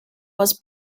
was